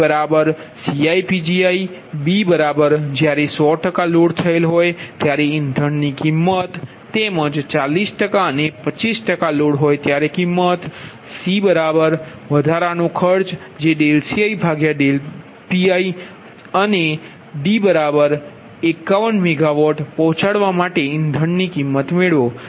CPg જ્યારે 100 load થયેલ હોય ત્યારે ઇંધણ ની કિમત તેમજ 40 અને 25 લોડ હોય ત્યારે કિમત વધારાનો ખર્ચ જે∂Ci∂Pgi અને 51 મેગા વોટ પહોંચાડવા માટે ઇંધણ ની કિંમત મેળવો